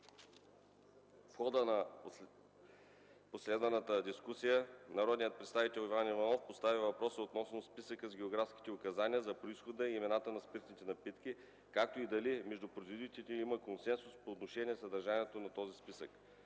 В хода на последвалата дискусия народният представител Иван Иванов постави въпрос относно списъка с географските указания за произхода и имената на спиртните напитки, както и дали между производителите има консенсус по отношение съдържанието на този списък.